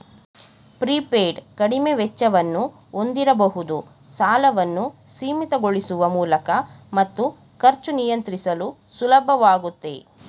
prepaid ಕಡಿಮೆ ವೆಚ್ಚವನ್ನು ಹೊಂದಿರಬಹುದು ಸಾಲವನ್ನು ಸೀಮಿತಗೊಳಿಸುವ ಮೂಲಕ ಮತ್ತು ಖರ್ಚು ನಿಯಂತ್ರಿಸಲು ಸುಲಭವಾಗುತ್ತೆ